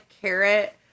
carrot